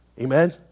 Amen